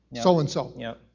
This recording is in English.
so-and-so